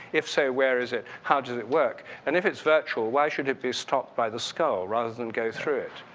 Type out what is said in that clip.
if so, where is it? how does it work? and if it's virtual, why should it be stopped by the skull rather than go through it?